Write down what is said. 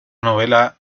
novela